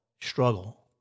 Struggle